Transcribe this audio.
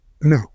No